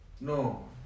No